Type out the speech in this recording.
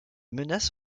menaces